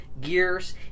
gears